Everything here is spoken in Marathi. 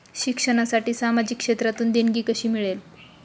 शिक्षणासाठी सामाजिक क्षेत्रातून देणगी कशी मिळेल?